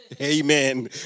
Amen